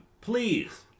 please